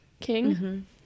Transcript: king